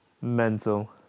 Mental